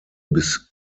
bis